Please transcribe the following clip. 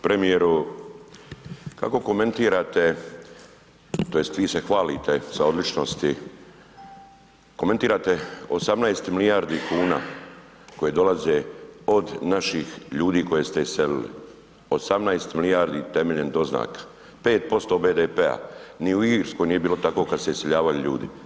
Premijeru kako komentirate tj. vi se hvalite sa odličnosti, komentirate 18 milijardi kuna koje dolaze od naših ljudi koje ste iselili, 18 milijardi temeljem doznaka, 5% BDP-a, ni u Irskoj nije bilo tako kad su se iseljavali ljudi.